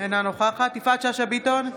אינה נוכחת יפעת שאשא ביטון,